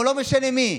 או לא משנה מי,